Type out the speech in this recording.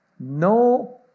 No